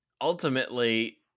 ultimately